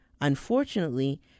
Unfortunately